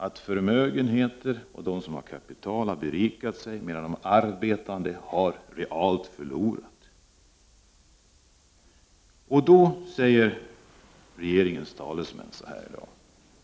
De som har kapital och förmögenheter har berikat sig medan de arbetande realt har förlorat. Då säger regeringens talesmän i dag